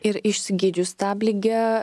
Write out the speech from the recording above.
ir išsigydžius stabligę